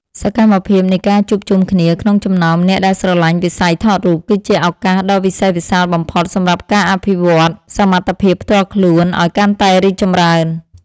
សកម្មភាពនៃការជួបជុំគ្នាក្នុងចំណោមអ្នកដែលស្រឡាញ់វិស័យថតរូបគឺជាឱកាសដ៏វិសេសវិសាលបំផុតសម្រាប់ការអភិវឌ្ឍសមត្ថភាពផ្ទាល់ខ្លួនឱ្យកាន់តែរីកចម្រើន។